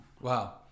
Wow